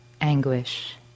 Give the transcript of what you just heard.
anguish